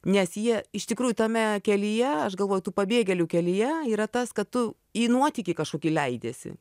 nes jie iš tikrųjų tame kelyje aš galvoju tų pabėgėlių kelyje yra tas kad tu į nuotykį kažkokį leidiesi